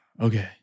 Okay